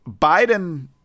Biden